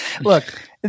look